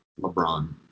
LeBron